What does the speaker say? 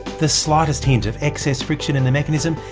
the slightest hint of excess friction in the mechanism,